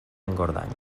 engordany